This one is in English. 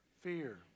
Fear